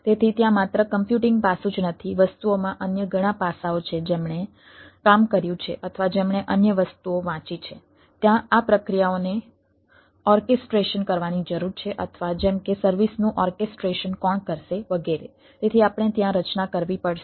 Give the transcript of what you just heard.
તેથી આપણે ત્યાં રચના કરવી પડશે